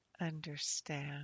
Understand